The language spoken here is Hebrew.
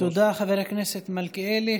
תודה, חבר הכנסת מלכיאלי.